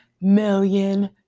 million